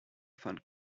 phone